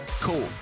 cool